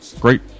great